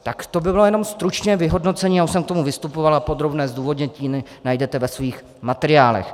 Tak to by bylo jenom stručně vyhodnocení, já už jsem k tomu vystupoval a podrobné zdůvodnění najdete ve svých materiálech.